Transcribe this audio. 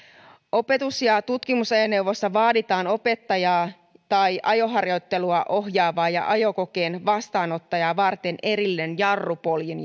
opetus ja tutkimusajoneuvossa vaaditaan opettajaa tai ajoharjoittelua ohjaavaa ja ajokokeen vastaanottajaa varten erillinen jarrupoljin